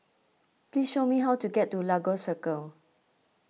please show me how to get to Lagos Circle